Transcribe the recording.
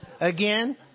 again